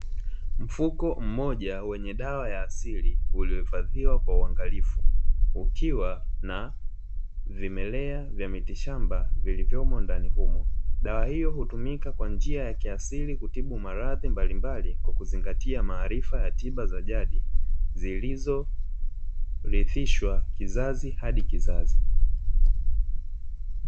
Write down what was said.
Mfuko mmoja wenye dawa ya asili ,uliohifadhiwa kwa uangalifu ukiwa na vimelea vya miti shamba vilivyomo ndani humo, dawa hiyo hutumika kwa njia ya kiasili kutibu maradhi nbalimbali kwa kuzingatia maarifa ya tiba za jadi zilizo rithishwa kizazi hadi kizazi.